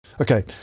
Okay